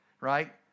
Right